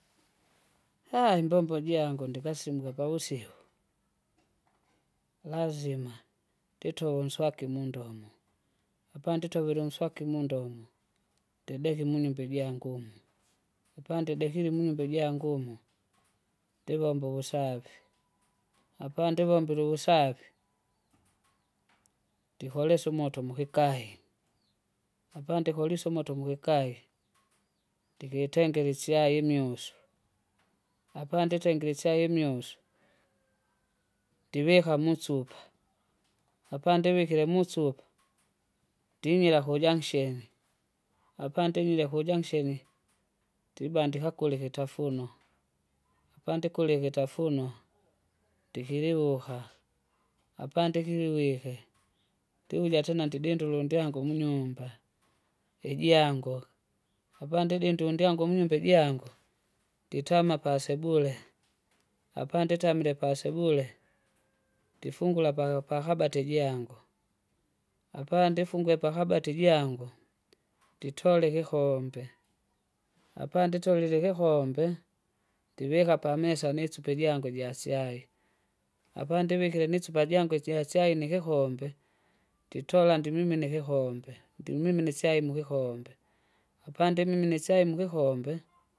Haa! imbombo jangu ndikasimuke pavusiku. Lazima, ndituve unswaki mundomo, apanditovile unswaki mundomo, ndibeka imunyumba ijangu umu, apandidekile munyumba ijangu umo, ndivomba uvusafi, apandivombile uvusafi, ndikulisya umoto mukikae, apandikulisye umoto mukikae ndikitengere isyai inyusu, apanditengire ichai imyusu, ndivika musupa, apandivikile musupa, ndinyira kujanksheni, apandinyire kujanksheni. Apanyire kujanksheni, ndibandika kula ikitafuno, apandikule ikitafunwa ndikiliwuka, apandikiliwike ndivuja tena ndidindule undyangu munyumba, ijangu, apandidindu undyangu munyumba ijangu, nditama pasebule. Apanditamile pasebule ndifungula apak- pakabati ijangu, apandifungwe pakabati ijngu, nditole ikikombe, apanditolile ikikombe! ndivika pamesa nisupa ijangu ijasyai, apandivikile nisupa jangu ijachai nikikombe, nditola ndimimina ikikombe, ndimimina isyai mukikombe. Apandimimine isyai mukikombe.